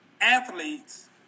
athletes